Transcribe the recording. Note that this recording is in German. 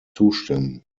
zustimmen